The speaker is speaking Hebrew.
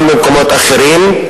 גם במקומות אחרים,